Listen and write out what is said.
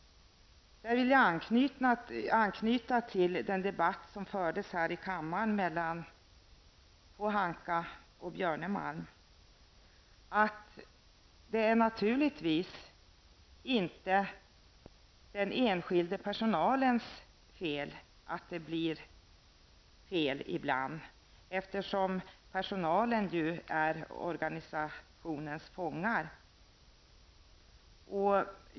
Jag vill anknyta till den debatt som fördes här i kammaren mellan Pohanka och Björnemalm om att det naturligtvis inte är den enskilda personalens fel att det ibland blir fel, eftersom personalen är organisationens fångar.